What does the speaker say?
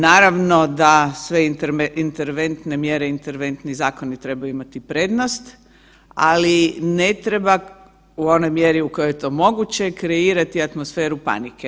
Naravno da sve interventne mjere, interventni zakoni trebaju imati prednost, ali ne treba u onoj mjeri u kojoj je to moguće kreirati atmosferu panike.